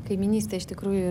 kaimynystė iš tikrųjų